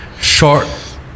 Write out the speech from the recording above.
Short